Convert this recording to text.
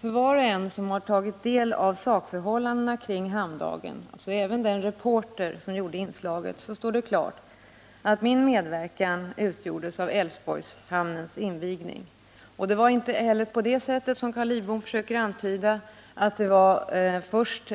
För var och en som tagit del av sakförhållandena kring Hamndagen — alltså även för den reporter som gjorde inslaget — står det klart att min medverkan inskränkte sig till Älvsborgshamnens invigning. Det var inte heller på det sättet, som Carl Lidbom försökte antyda, att först